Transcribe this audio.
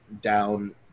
down